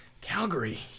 Calgary